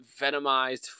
Venomized